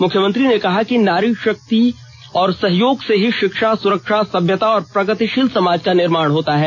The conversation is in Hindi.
मुख्यमंत्री ने कहा कि नारी के सहयोग से ही षिक्षा सुरक्षा सभ्यता और प्रगतिषील समाज का निर्माण होता है